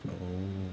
oh